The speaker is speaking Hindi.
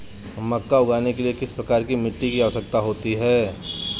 मक्का उगाने के लिए किस प्रकार की मिट्टी की आवश्यकता होती है?